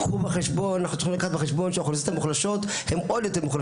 הופך את האוכלוסיות המוחלשות, למוחלשות יותר.